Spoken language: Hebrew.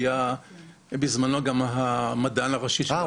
שהיה בזמנו המדען הראשי --- אה,